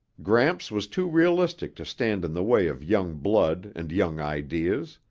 gramps was too realistic to stand in the way of young blood and young ideas.